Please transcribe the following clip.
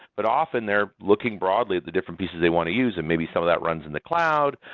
but often they're looking broadly at the different pieces they want to use and maybe some of that runs in the cloud,